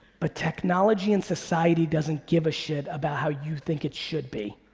but technology and society doesn't give a shit about how you think it should be.